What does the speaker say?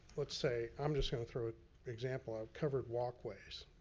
let's say, i'm just gonna throw a example out, covered walkways,